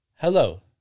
Hello